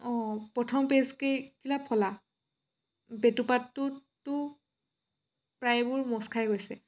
প্ৰথম পেজকেইখিলা ফলা বেতুপাতটোতো প্ৰায়বোৰ মচ খাই গৈছে